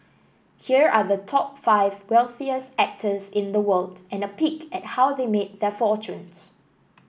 here are the top five wealthiest actors in the world and a peek at how they made their fortunes